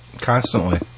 constantly